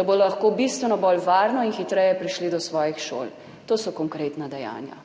da bodo lahko bistveno bolj varno in hitreje prišli do svojih šol - to so konkretna dejanja.